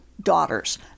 daughters